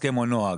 הסכם או נוהג.